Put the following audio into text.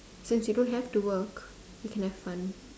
since you don't have to work you can have fun